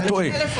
אתה טועה ומטעה.